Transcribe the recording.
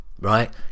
Right